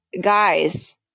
guys